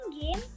game